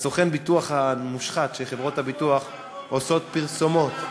סוכן הביטוח המושחת שחברות הביטוח עושות פרסומות,